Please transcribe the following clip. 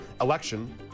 election